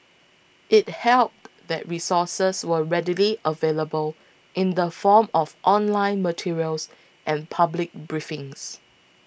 it helped that resources were readily available in the form of online materials and public briefings